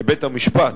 לבית-המשפט,